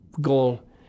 goal